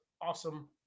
awesome